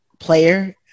player